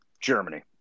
Germany